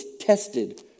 tested